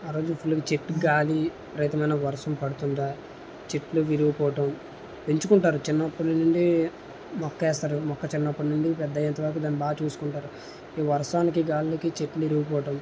ఆ రోజు ఫుల్లుగా చెట్టు గాలి రైతులన్న వర్షం పడుతుందా చెట్లు విరిగిపోవటం పెంచుకుంటారు చిన్నప్పటి నుండి మొక్క వేస్తారు మొక్క చిన్నప్పటి నుండి పెద్ద అయ్యేంత వరకు దాన్ని బాగా చూసుకుంటారు ఈ వర్షానికి గాలికి చెట్లు విరిగిపోవటం